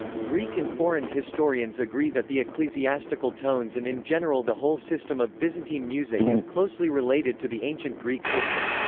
greek and foreign historians agree that the ecclesiastical tones and in general the whole system of byzantine music is closely related to the ancient greek system.